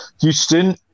Houston